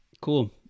Cool